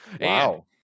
Wow